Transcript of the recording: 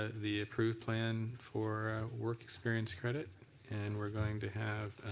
the approved plan for work experience credit and we're going to have